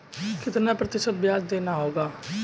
कितना प्रतिशत ब्याज देना होगा?